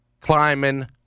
climbing